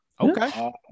Okay